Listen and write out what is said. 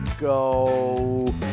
go